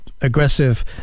aggressive